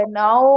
now